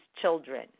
children